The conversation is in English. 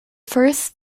first